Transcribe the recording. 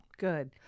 Good